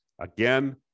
Again